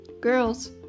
Girls